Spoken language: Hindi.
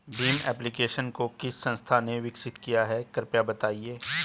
भीम एप्लिकेशन को किस संस्था ने विकसित किया है कृपया बताइए?